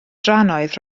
drannoeth